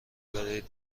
برای